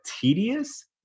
tedious